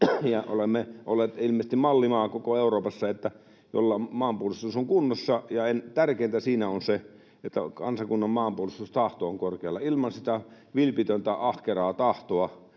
olemme ilmeisesti mallimaa koko Euroopassa, jolla maanpuolustus on kunnossa, ja tärkeintä siinä on se, että kansakunnan maanpuolustustahto on korkealla. Ilman sitä vilpitöntä ahkeraa tahtoa